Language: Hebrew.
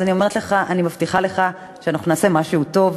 אז אני אומרת לך: אני מבטיחה לך שאנחנו נעשה משהו טוב.